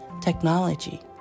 technology